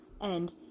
and-